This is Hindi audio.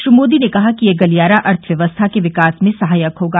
श्री मोदी ने कहा कि यह गलियारा अर्थव्यवस्था के विकास में सहायक होगा